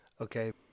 Okay